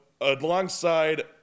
alongside